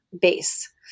base